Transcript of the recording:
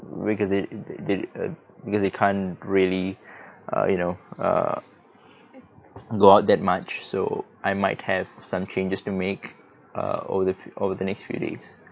we th~ they uh because they can't really uh you know err go out that much so I might have some changes to make err over the over the next few days